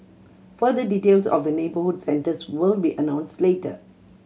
further details of the neighbourhood centres will be announced later